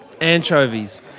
Anchovies